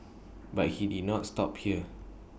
but he did not stop here